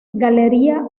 galería